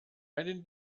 einen